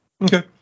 okay